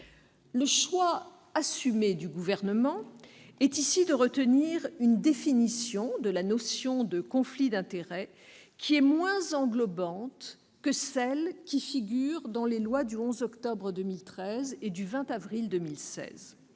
Le choix assumé du Gouvernement est de retenir une définition de la notion de conflit d'intérêts moins englobante que celle qui figure dans les lois du 11 octobre 2013 et du 20 avril 2016.